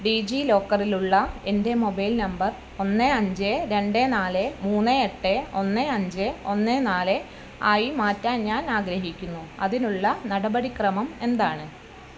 ഡീജിലോക്കറിലുള്ള എൻ്റെ mobile number ഒന്ന് അഞ്ച് രണ്ട് നാല് മൂന്ന് എട്ട് ഒന്ന് അഞ്ച് ഒന്ന് നാല് ആയി മാറ്റാൻ ഞാൻ ആഗ്രഹിക്കുന്നു അതിനുള്ള നടപടിക്രമം എന്താണ്